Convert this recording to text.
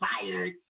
fired